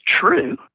true